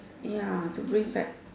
ya to bring back